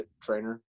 trainer